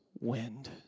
wind